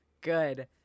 good